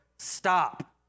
Stop